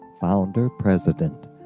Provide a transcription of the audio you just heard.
founder-president